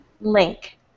Link